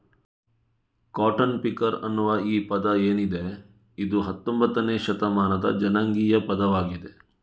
cotton picker ಅನ್ನುವ ಈ ಪದ ಏನಿದೆ ಇದು ಹತ್ತೊಂಭತ್ತನೇ ಶತಮಾನದ ಜನಾಂಗೀಯ ಪದವಾಗಿದೆ